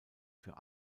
für